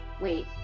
wait